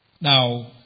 now